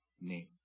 name